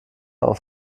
auf